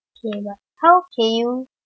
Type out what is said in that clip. okay but how can you